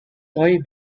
toy